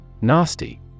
Nasty